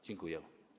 Dziękuję.